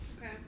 Okay